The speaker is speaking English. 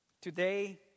Today